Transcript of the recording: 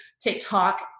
TikTok